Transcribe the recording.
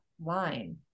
line